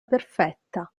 perfetta